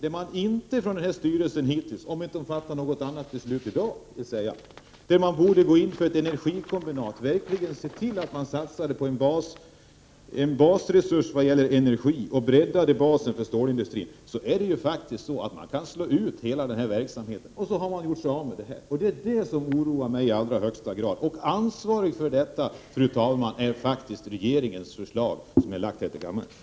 SSAB:s styrelse borde, om den inte har fattat ett beslut redan i dag, gå in för ett energikombinat och se till att verkligen satsa på en basresurs vad gäller energi och bredda basen för stålindustrin. Risken är att man kan slå ut hela verksamheten och göra sig av med allt. Det oroar mig i allra högsta grad, och ansvarig för detta, fru talman, är faktiskt regeringen som lagt fram förslaget i kammaren.